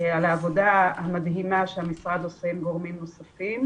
על העבודה המדהימה שהמשרד עושה עם גורמים נוספים.